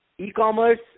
E-commerce